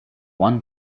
one